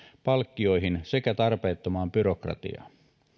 palkkioihin sekä tarpeettomaan byrokratiaan